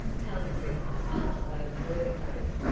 come cricket, she spoke to her pony.